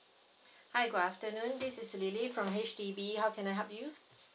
hi good afternoon this is lily from H_D_B how can I help you